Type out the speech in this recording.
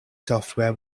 software